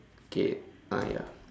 okay ah ya